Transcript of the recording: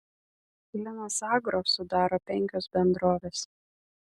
linas agro sudaro penkios bendrovės